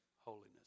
holiness